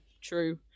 true